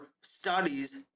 studies